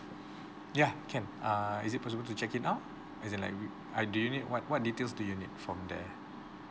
ya can err is it possible to check it up as in like w~ uh do you need what what details do you need from there